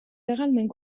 legalment